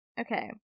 Okay